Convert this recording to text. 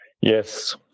Yes